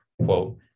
quote